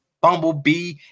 Bumblebee